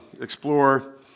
explore